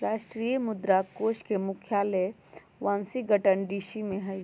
अंतरराष्ट्रीय मुद्रा कोष के मुख्यालय वाशिंगटन डीसी में हइ